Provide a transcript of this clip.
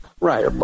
Right